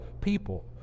people